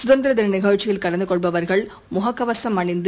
சுதந்திரதினநிகழ்ச்சியில் கலந்துகொள்பவர்கள் தனிமனித முககவசம் அணிந்து